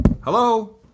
hello